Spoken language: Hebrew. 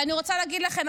ואני רוצה להגיד לכם,